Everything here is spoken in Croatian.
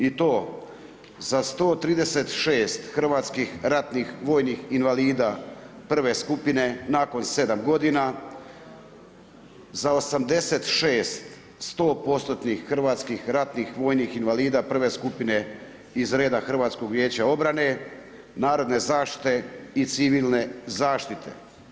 I to za 136 hrvatskih ratnih vojnih invalida prve skupine nakon 7 godina, za 86 100% hrvatskih ratnih vojnih invalida prve skupine iz reda hrvatskog vijeća obrane, narodne zaštite i civilne zaštite.